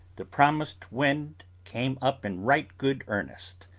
the promised wind came up in right good earnest,